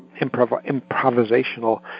improvisational